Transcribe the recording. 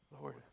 Lord